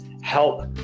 help